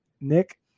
nick